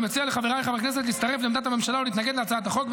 אני מציע לחבריי חברי הכנסת להצטרף לעמדת הממשלה ולהתנגד להצעת החוק.